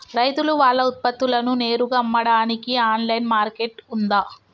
రైతులు వాళ్ల ఉత్పత్తులను నేరుగా అమ్మడానికి ఆన్లైన్ మార్కెట్ ఉందా?